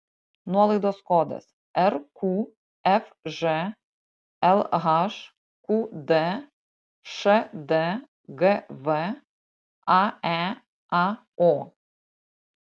nuolaidos kodas rqfž lhqd šdgv aeao